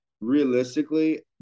realistically